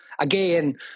again